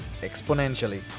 exponentially